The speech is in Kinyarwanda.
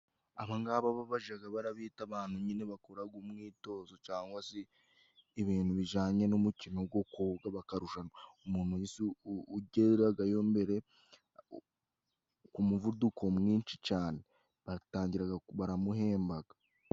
Aba ng'aba bo bajaga barabita abantu nyine bakoraga umwitozo, cangwa se ibintu bijanye n'umukino go koga bakarushanwa. Umuntu ugeragayo mbere ku muvuduko mwinshi cane batangiraga baramuhembaga.